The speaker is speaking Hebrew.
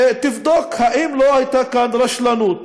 שתבדוק אם לא הייתה כאן רשלנות